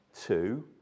two